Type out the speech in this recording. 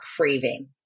craving